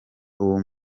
ubu